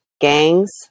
Gangs